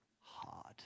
hard